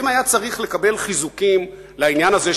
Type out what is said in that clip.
אם היה צריך לקבל חיזוקים לעניין הזה,